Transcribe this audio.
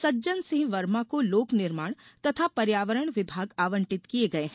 सज्जन सिंह वर्मा को लोक निर्माण तथा पर्यावरण विभाग आवंटित किये गये है